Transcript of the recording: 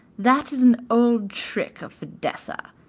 that is an old trick of fidessa,